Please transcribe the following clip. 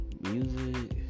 music